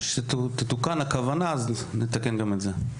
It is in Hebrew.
כשתתוקן, הכוונה לתקן גם את זה.